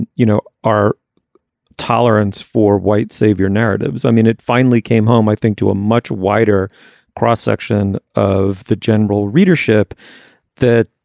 you know, our tolerance for white savior narratives. i mean, it finally came home, i think, to a much wider cross-section of the general readership that,